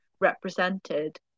represented